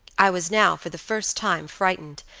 i was now for the first time frightened,